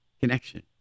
connection